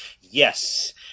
Yes